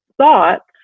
thoughts